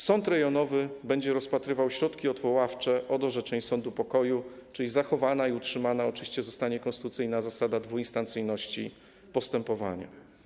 Sąd rejonowy będzie rozpatrywał środki odwoławcze od orzeczeń sądu pokoju, czyli zachowana i utrzymana oczywiście zostanie konstytucyjna zasada dwuinstancyjności postępowania.